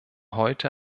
heute